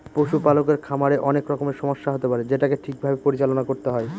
পশুপালকের খামারে অনেক রকমের সমস্যা হতে পারে যেটাকে ঠিক ভাবে পরিচালনা করতে হয়